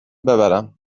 ببرم